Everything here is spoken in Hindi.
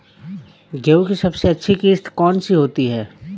गेहूँ की सबसे अच्छी किश्त कौन सी होती है?